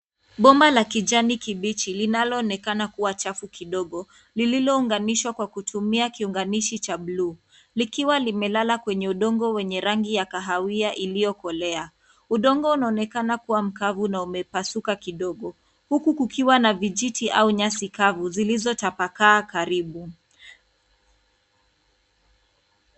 Bomba la kijani kibichi linaloonekana kuwa chafu kidogo lililounganishwa kwa kutumia kiunganishi cha buluu likiwa limelala kwenye udongo wenye rangi ya kahawia iliokolea. Udongo unaonekana kuwa mkavu na umepasuka kidogo huku kukiwa na vijiti au nyasi kavu zilizotapakaa karibu.